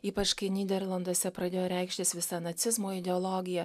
ypač kai nyderlanduose pradėjo reikštis visa nacizmo ideologija